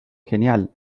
genial